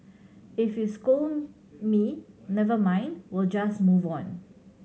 if you scold me never mind we'll just move on